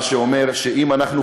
מה שאומר שאם אנחנו,